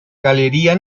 galería